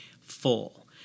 full